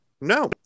no